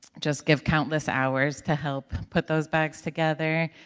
just give countless hours to help put those bags together,